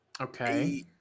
Okay